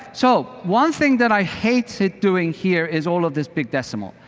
so one thing that i hated doing here is all of this big decimal.